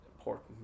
Important